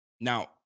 Now